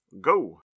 go